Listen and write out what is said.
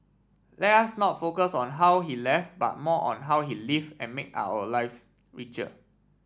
let us not focus on how he left but more on how he live and made our lives richer